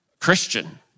Christian